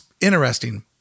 interesting